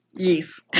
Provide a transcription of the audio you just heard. Yes